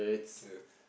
ya